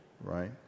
right